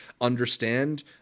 understand